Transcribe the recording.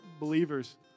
believers